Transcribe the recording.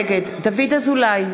נגד דוד אזולאי,